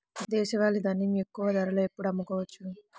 దేశవాలి ధాన్యం ఎక్కువ ధరలో ఎప్పుడు అమ్ముకోవచ్చు?